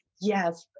Yes